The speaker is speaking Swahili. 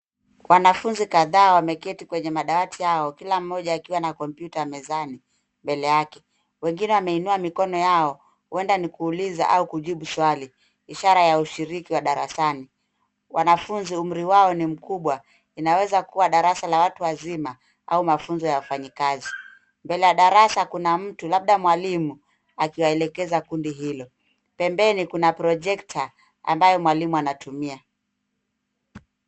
Wanafunzi kadhaa wameketi kwenye madawati yao kila mmoja akiwa na kompyuta mezani, mbele yake. Wengine wameinua mikono yao, huenda ni kuuliza au kujibu swali, ishara ya ushiriki wa darasani. Wanafunzi umri wao ni mkubwa, inaweza kuwa darasa la watu wazima, au mafunzo ya wafanyikazi. Mbele ya darasa kuna mtu, labda mwalimu, akiwaelekeza kundi hilo. Pembeni kuna projector ambayo mwalimu anatumia.